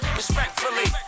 respectfully